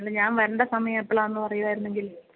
അല്ല ഞാൻ വരേണ്ട സമയം എപ്പോഴാ എന്ന് പറയുവായിരുന്നെങ്കിൽ